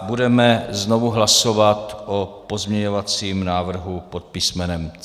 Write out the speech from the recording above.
Budeme znovu hlasovat o pozměňovacím návrhu pod písmenem C.